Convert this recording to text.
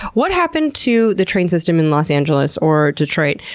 what happened to the train system in los angeles or detroit?